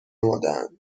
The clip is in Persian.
آمادهاند